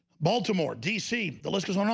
baltimore dc the list is all wrong.